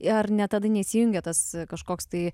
ar ne tada neįsijungia tas kažkoks tai